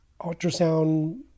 ultrasound